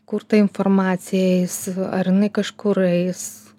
kur tą informaciją jis ar jinai kažkur eis